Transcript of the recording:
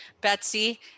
Betsy